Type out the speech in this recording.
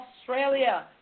Australia